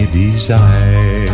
desire